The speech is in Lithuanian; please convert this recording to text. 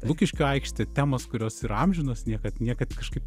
lukiškių aikštė temos kurios yra amžinos niekad niekad kažkaip